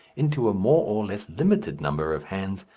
into a more or less limited number of hands,